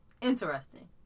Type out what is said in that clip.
Interesting